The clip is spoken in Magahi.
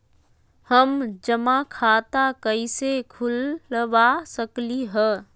हम जमा खाता कइसे खुलवा सकली ह?